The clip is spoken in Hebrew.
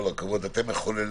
אשמח